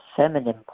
feminine